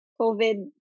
COVID